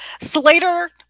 Slater